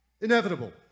Inevitable